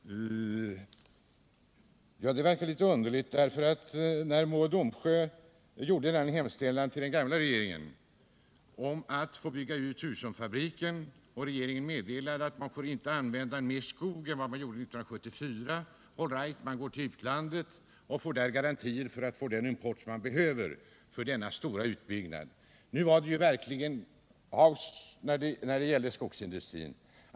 Herr talman! Det verkar litet underligt. Mo och Domsjö gjorde en hemställan till den gamla regeringen om att få bygga ut Husumfabriken, och regeringen meddelade att man inte får använda mer skog än vad man gjorde 1974. All right, man går till utlandet och får där garantier för den import som man behöver för denna stora utbyggnad. Nu var det verkligen hausse när det gäller skogsindustrin.